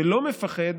ולא מפחד